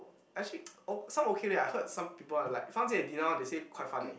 actually o~ some okay leh I heard some people are like Fang-Jie and Dina one they say quite fun eh